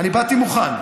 אני באתי מוכן.